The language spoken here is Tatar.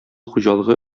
хуҗалыгы